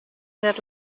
net